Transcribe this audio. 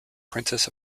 princess